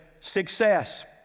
success